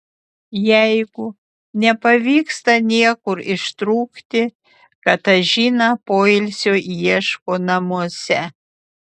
jeigu nepavyksta niekur ištrūkti katažina poilsio ieško namuose